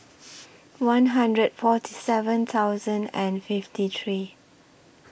one hundred forty seven thousand and fifty three